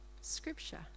scripture